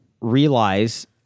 realize